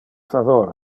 favor